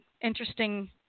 interesting